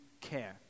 care